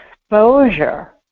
exposure